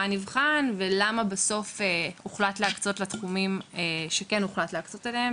מה נבחן ולמה בסוף הוחלט להקצות לתחומים שכן הוחלט להקצות אליהם,